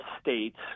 states